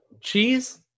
Cheese